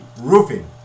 roofing